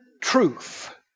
truth